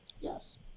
Yes